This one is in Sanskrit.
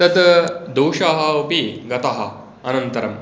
तत् दोषाः अपि गताः अनन्तरम्